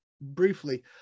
briefly